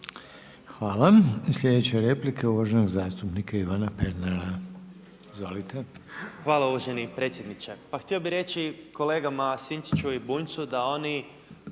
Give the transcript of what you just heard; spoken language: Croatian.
Hvala. Sljedeća replika je uvaženog zastupnika Ivana Pernara, izvolite. **Pernar, Ivan (Abeceda)** Hvala uvaženi potpredsjedniče. Pa htio bih reći kolegama Sinčiću i Bunjcu da oni